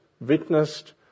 witnessed